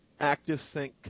ActiveSync